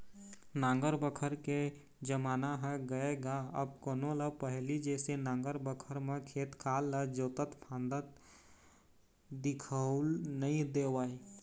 नांगर बखर के जमाना ह गय गा अब कोनो ल पहिली जइसे नांगर बखर म खेत खार ल जोतत फांदत दिखउल नइ देवय